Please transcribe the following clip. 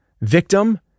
victim